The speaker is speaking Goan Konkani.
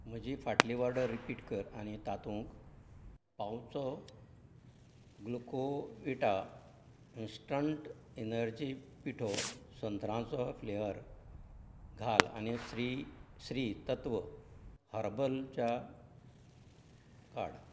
म्हजी फाटली ऑर्डर रिपीट कर आनी तातूंत पावचो ग्लुकोविटा इन्स्टंट एनर्जी पिठो संत्रांचो फ्लेवर घाल आनी श्री श्री तत्व हर्बल च्या काड